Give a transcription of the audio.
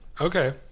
okay